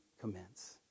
commence